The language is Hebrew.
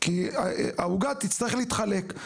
כי העוגה תצטרך להתחלק,